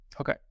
Okay